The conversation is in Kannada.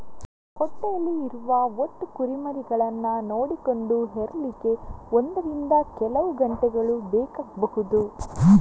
ಹೊಟ್ಟೆಯಲ್ಲಿ ಇರುವ ಒಟ್ಟು ಕುರಿಮರಿಗಳನ್ನ ನೋಡಿಕೊಂಡು ಹೆರ್ಲಿಕ್ಕೆ ಒಂದರಿಂದ ಕೆಲವು ಗಂಟೆಗಳು ಬೇಕಾಗ್ಬಹುದು